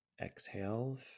Exhale